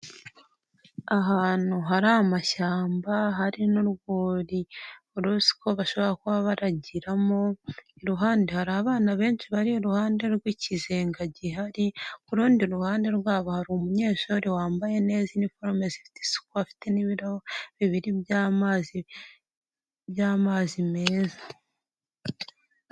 Ahantu hari amashyamba hari n'urwuri rusko bashobora kuba baragiramo iruhande hari abana benshi bari iruhande rw'ikizenga gihari ku rundi ruhande rwabo hari umunyeshuri wambaye neza iniforume zifite isuku afite n'ibirahuri bibiri by'amazi meza.